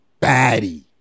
baddie